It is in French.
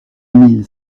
mille